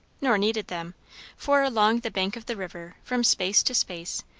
nor needed them for along the bank of the river, from space to space,